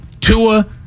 Tua